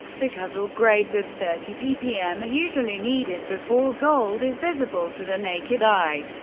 because ore grades of thirty ppm are usually needed before gold is visible to the naked eye,